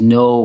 no